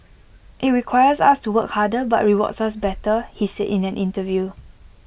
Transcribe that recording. IT requires us to work harder but rewards us better he said in an interview